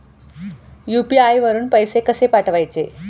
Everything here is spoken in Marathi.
यु.पी.आय वरून पैसे कसे पाठवायचे?